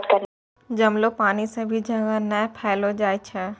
जमलो पानी सभी जगह नै पैलो जाय छै